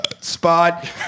spot